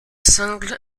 single